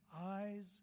eyes